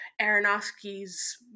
Aronofsky's